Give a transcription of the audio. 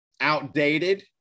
outdated